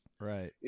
right